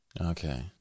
Okay